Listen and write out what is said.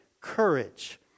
courage